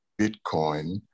Bitcoin